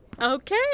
Okay